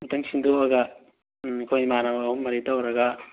ꯑꯃꯨꯛꯇꯪ ꯁꯤꯟꯗꯣꯛꯑꯒ ꯑꯩꯈꯣꯏ ꯏꯃꯥꯟꯅꯕ ꯑꯍꯨꯝ ꯃꯔꯤ ꯇꯧꯔꯒ